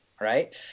right